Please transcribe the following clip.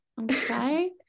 okay